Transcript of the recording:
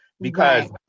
because-